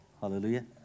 Hallelujah